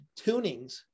tunings